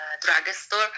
drugstore